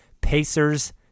Pacers